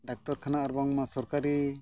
doctor ᱠᱷᱟᱱᱟ ᱟᱨ ᱵᱟᱝᱢᱟ ᱥᱚᱨᱠᱟᱨᱤ